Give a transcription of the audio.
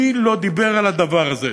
מי לא דיבר על הדבר הזה?